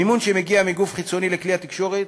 המימון שמגיע מגוף חיצוני לכלי התקשורת,